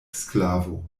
sklavo